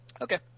Okay